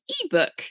ebook